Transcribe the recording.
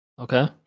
Okay